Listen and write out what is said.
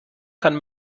kann